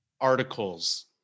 articles